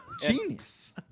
Genius